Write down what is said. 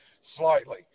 slightly